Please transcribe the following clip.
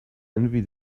envy